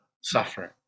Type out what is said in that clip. suffering